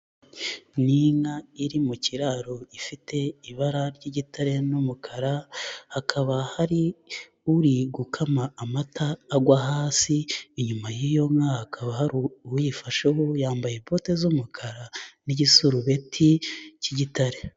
Ni inka iri mu kiraro ifite ibara ry'igitare n'umukara, hakaba hari uri gukama amata agwa hasi, inyuma y'iyo nka hakaba hari uyifasheho yambaye bote z'umukara n'igiserubeti cy'igitare.